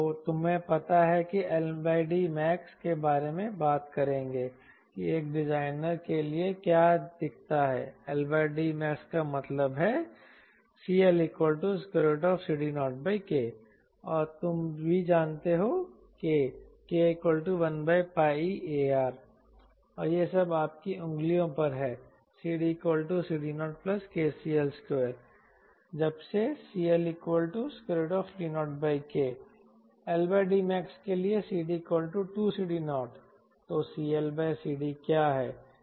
तुम्हें पता है कि हम LDmaxके बारे में बात करेंगे कि एक डिजाइनर के लिए क्या दिखता है LDmaxका मतलब है CLCD0K और तुम भी जानते हो K K1πeAR और ये सब आपकी उंगलियों पर हैं और CDCD0kCL2 जबसे CLCD0K LDmaxके लिए CD2CD0 तो CLCD क्या है